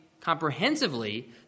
comprehensively